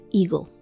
ego।